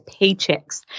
paychecks